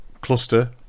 cluster